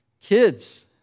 Kids